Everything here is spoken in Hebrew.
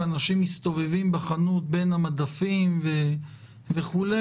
ואנשים מסתובבים בחנות בין המדפים וכו',